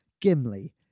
Gimli